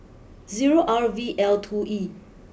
zero R V L two E